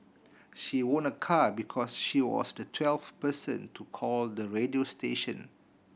she won a car because she was the twelfth person to call the radio station